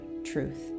truth